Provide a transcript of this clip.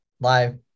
live